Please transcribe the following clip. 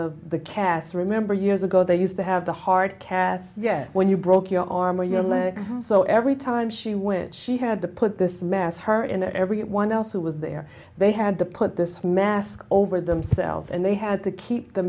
of the cas remember years ago they used to have the heart cath get when you broke your arm or your leg so every time she went she had to put this mass her and everyone else who was there they had to put this mask over themselves and they had to keep the